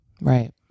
right